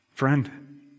Friend